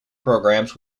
programs